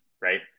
right